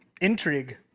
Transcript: Intrigue